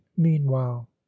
meanwhile